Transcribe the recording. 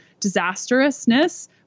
disastrousness